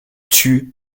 tuent